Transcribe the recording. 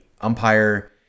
umpire